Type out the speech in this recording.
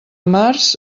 març